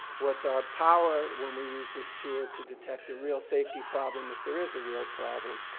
what's our power when we use this tool to detect a real safety problem if there is a real problem?